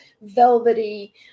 velvety